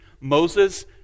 Moses